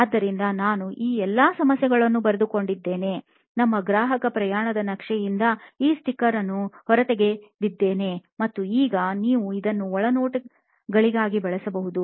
ಆದ್ದರಿಂದ ನಾನು ಈ ಎಲ್ಲ ಸಮಸ್ಯೆಗಳನ್ನು ಬರೆದುಕೊಂಡಿದ್ದೇನೆ ನಮ್ಮ ಗ್ರಾಹಕ ಪ್ರಯಾಣದ ನಕ್ಷೆಯಿಂದ ಈ ಸ್ಟಿಕ್ಕರ್ ಅನ್ನು ಹೊರತೆಗೆದಿದ್ದೇನೆ ಮತ್ತು ಈಗ ನೀವು ಇದನ್ನು ಒಳನೋಟಗಳಾಗಿ ಬಳಸಬಹುದು